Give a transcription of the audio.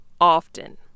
often